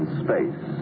space